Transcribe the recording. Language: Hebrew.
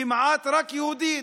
כמעט רק יהודית.